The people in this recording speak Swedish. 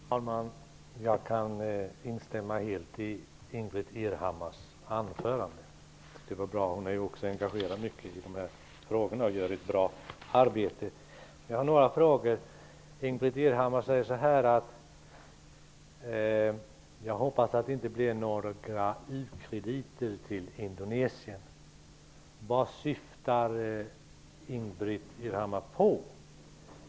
Herr talman! Jag kan instämma helt i Ingbritt Irhammars anförande. Det var bra, och hon är också mycket engagerad i dessa frågor. Jag vill ställa några frågor. Ingbritt Irhammar säger: Jag hoppas att det inte blir några u-krediter till Indonesien. Vad syftar Ingbritt Irhammar på?